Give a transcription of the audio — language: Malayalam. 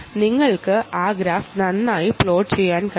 നിങ്ങൾക്ക് ആ ഗ്രാഫ് നന്നായി പ്ലോട്ട് ചെയ്യാൻ കഴിയും